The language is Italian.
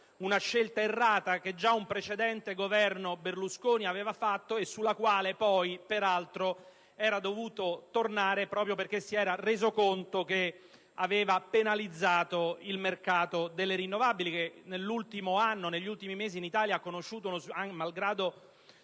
una scelta errata, che già un precedente Governo Berlusconi aveva fatto e sulla quale peraltro era dovuto ritornare perché si era reso conto di aver penalizzato il mercato delle rinnovabili; mercato che, negli ultimi mesi, in Italia ha conosciuto, malgrado